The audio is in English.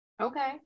Okay